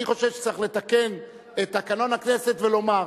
אני חושב שצריך לתקן את תקנון הכנסת ולומר: